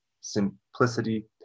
simplicity